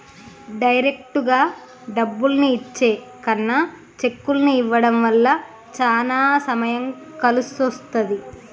డైరెక్టుగా డబ్బుల్ని ఇచ్చే కన్నా చెక్కుల్ని ఇవ్వడం వల్ల చానా సమయం కలిసొస్తది